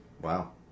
Wow